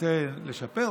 ננסה לשפר,